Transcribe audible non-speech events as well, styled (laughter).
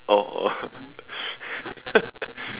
oh (laughs)